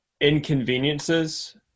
inconveniences